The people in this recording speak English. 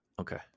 Okay